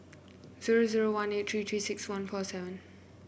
zero zero one eight three Three six one four seven